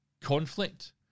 conflict